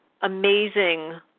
amazing